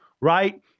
right